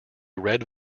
red